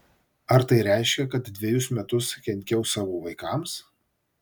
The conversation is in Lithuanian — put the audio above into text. ar tai reiškia kad dvejus metus kenkiau savo vaikams